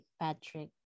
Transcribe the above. Patrick